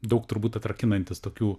daug turbūt atrakinantis tokių